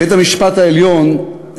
בית-המשפט העליון,